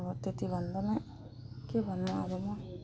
अब त्यति भनेर नै के भन्नु अरू म